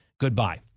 Goodbye